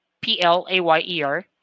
P-L-A-Y-E-R